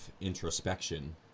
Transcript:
introspection